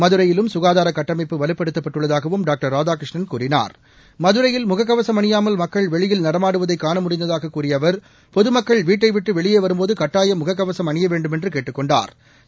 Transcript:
மதுரையிலும் சுகாதார கட்டமைப்பு வலுப்படுத்தப்பட்டுள்ளதாகவும் டாக்டர் ராதாகிருஷ்ணன் கூறினார் மதுரையில் முக கவசம் அணியாமல் மக்கள் வெளியில் நடமாடுவதை காண முடிந்ததாகக் கூறிய அவர் பொதுமக்கள் வீட்டைவிட்டு வெளியே வரும் போது கட்டாயம் முக கவசம் அணிய வேண்டுமென்று கேட்டுக் கொண்டாா்